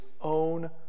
own